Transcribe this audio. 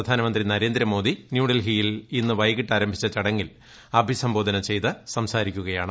പ്രധാനമന്ത്രി നരേന്ദ്രമോദി ന്യൂഡൽഹിയിൽ ഇന്ന് വൈകിട്ട് ആരംഭിച്ച ചടങ്ങിൽ അഭിസംബോധന ചെയ്ത് സംസാരിക്കുകയാണ്